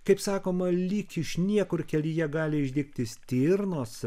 kaip sakoma lyg iš niekur kelyje gali išdygti stirnos